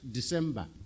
December